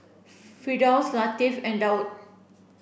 Firdaus Latif and Daud